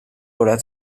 horas